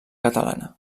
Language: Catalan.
catalana